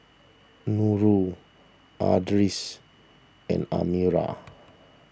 Nurul Idris and Amirah